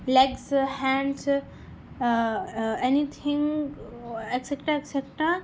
legs hands any thing etcetera etcetera